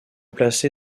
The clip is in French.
placé